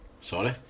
sorry